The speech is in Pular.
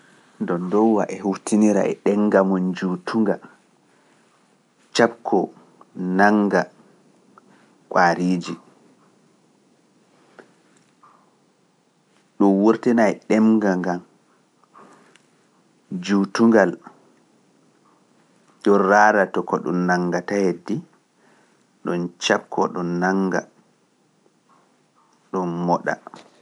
Ndonndoww e hutinira e ɗemga mum juutunga gam caɓko, nannga, kwaariiji, ɗum wurtinai ɗemga ngan, juutungal, dun raara to ko ɗum nanngata, ɗum caɓko ɗum nannga, ɗum moɗa.